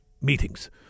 meetings